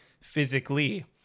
physically